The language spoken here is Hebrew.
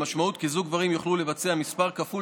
המשמעות היא כי זוג גברים יוכלו לבצע מספר כפול